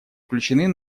включены